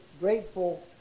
grateful